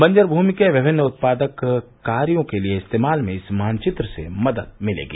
बंजर भूमि के विभिन्न उत्पादक कार्यों के लिए इस्तेमाल में इस मानचित्र से मदद मिलेगी